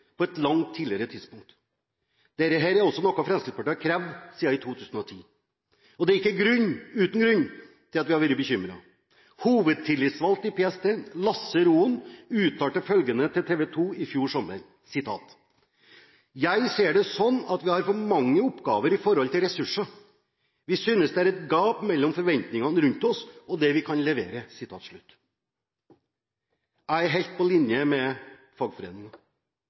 på et langt tidligere tidspunkt. Det er noe Fremskrittspartiet har krevd siden 2010, og det er ikke uten grunn at vi har vært bekymret. Hovedtillitsvalgt i PST, Lasse Roen, uttalte følgende til TV 2 i fjor sommer: «Jeg ser det sånn at vi har for mange oppgaver i forhold til ressurser. Vi synes det er et gap mellom forventningene rundt oss og det vi kan levere.» Jeg er helt på linje med